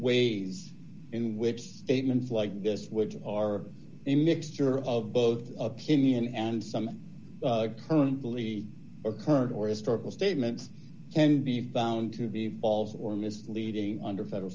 ways in which statements like this which are a mixture of both opinion and some currently or current or historical statements can be found to be false or misleading under federal